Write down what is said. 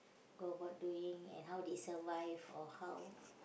go about doing and how they survive or how